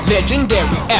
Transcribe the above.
Legendary